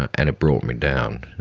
and it brought me down,